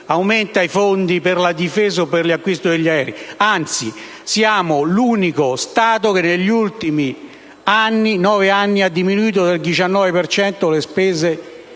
aumenta i fondi per la difesa o per l'acquisto degli aerei. Anzi: siamo l'unico Stato che negli ultimi nove anni ha diminuito del 19 per cento le